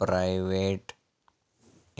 private